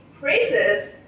praises